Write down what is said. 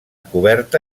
coberta